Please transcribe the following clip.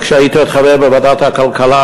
כשהייתי עוד חבר בוועדת הכלכלה,